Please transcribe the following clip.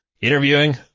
interviewing